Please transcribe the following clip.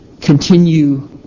continue